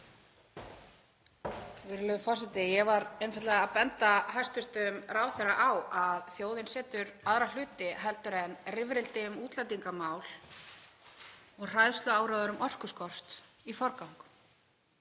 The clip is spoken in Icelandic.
Virðulegur forseti. Ég var einfaldlega að benda hæstv. ráðherra á að þjóðin setur aðra hluti en rifrildi um útlendingamál og hræðsluáróður um orkuskort í forgang.